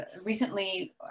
recently